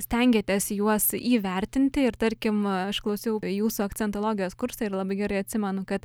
stengiatės juos įvertinti ir tarkim aš klausiau jūsų akcentologijos kursą ir labai gerai atsimenu kad